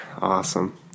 Awesome